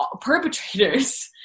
perpetrators